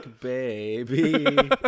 baby